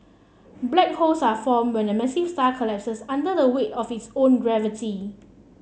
black holes are formed when a massive star collapses under the weight of its own gravity